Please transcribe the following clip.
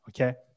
Okay